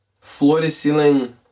floor-to-ceiling